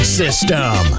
system